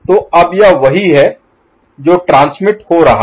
तो अब यह वही है जो ट्रांसमिट हो रहा है